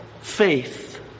faith